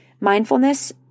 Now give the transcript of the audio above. Mindfulness